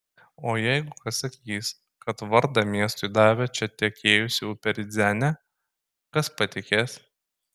o jeigu kas sakys kad vardą miestui davė čia tekėjusi upė rydzene kas patikės